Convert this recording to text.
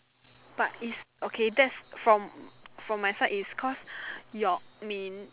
but it's okay that's from from my side is cause Yok-Min